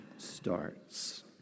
starts